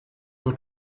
nur